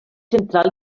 central